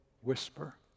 whisper